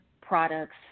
products